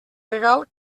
legal